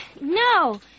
no